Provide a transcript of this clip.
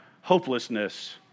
hopelessness